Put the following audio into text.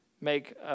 make